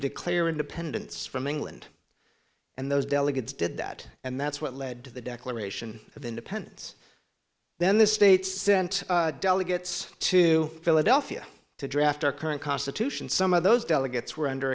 declare independence from england and those delegates did that and that's what led to the declaration of independence then the states sent delegates to philadelphia to draft our current constitution some of those delegates were under